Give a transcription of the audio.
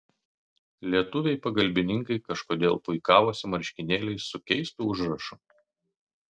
lietuviai pagalbininkai kažkodėl puikavosi marškinėliais su keistu užrašu